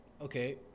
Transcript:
Okay